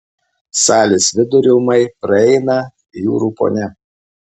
salės viduriu ūmai praeina jūrų ponia